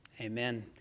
Amen